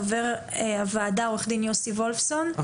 חבר הוועדה עורך הדין יוסי וולפסון,